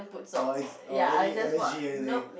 oh any oh any M S_G anything